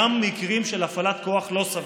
גם של הפעלת כוח לא סביר.